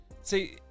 See